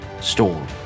storm